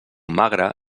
magre